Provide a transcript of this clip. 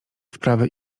wprawy